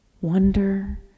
wonder